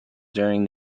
during